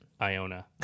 Iona